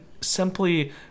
simply